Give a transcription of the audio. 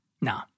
no